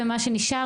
ומה שנשאר,